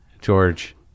George